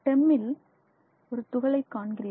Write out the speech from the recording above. TEM இல் ஒரு துகளை காண்கிறீர்கள்